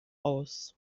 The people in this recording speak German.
aus